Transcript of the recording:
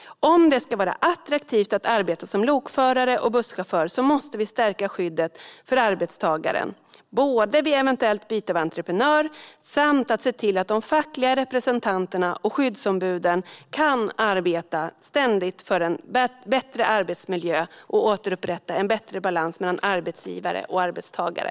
Om det ska vara attraktivt att arbeta som lokförare och busschaufför måste vi stärka skyddet för arbetstagaren vid eventuellt byte av entreprenör samt se till att de fackliga representanterna och skyddsombuden ständigt kan arbeta för en bättre arbetsmiljö och återupprätta en bättre balans mellan arbetsgivare och arbetstagare.